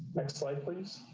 next slide please.